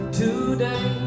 today